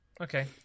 Okay